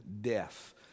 death